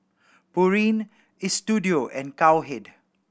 Pureen Istudio and Cowhead